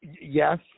Yes